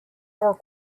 were